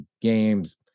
games